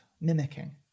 mimicking